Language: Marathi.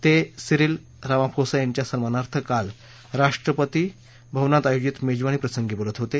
ते सिरिल रामाफोसा यांच्या सन्मानार्थ काल रात्री राष्ट्रपती भवनात आयोजित मेजवानी प्रसंगी बोलत होते